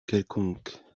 quelconque